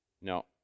No